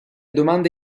domande